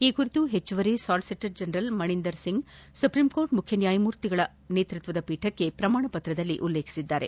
ಈ ಕುರಿತು ಹೆಚ್ಲುವರಿ solicitor general Maninder Singh supreme court ಮುಖ್ಯ ನ್ನಾಯಮೂರ್ತಿ ನೇತೃತ್ವದ ಪೀಠಕ್ಕೆ ಪ್ರಮಾಣ ಪತ್ರದಲ್ಲಿ ಉಲ್ಲೇಖಿಸಿದ್ದಾರೆ